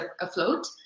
afloat